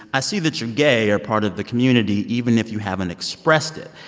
i see that you're gay or part of the community, even if you haven't expressed it.